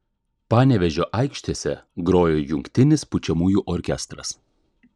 panevėžio aikštėse grojo jungtinis pučiamųjų orkestras